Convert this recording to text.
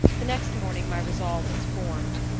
the next morning my resolve was formed,